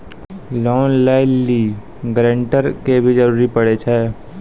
Loan लै लेली guarantor के भी जरूरी पड़ै छै?